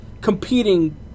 competing